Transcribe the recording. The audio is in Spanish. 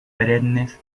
perennes